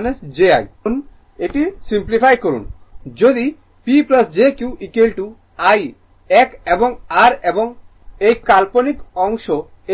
গুণ এবংসিমপ্লিফাই করুন যদি P jQ এই এক এবং r এবং এই কাল্পনিক অংশ